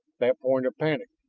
that point of panic.